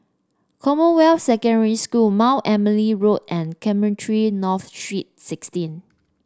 Commonwealth Secondary School Mount Emily Road and Cemetry North Street Sixteen